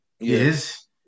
Yes